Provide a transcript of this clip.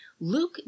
Luke